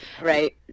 Right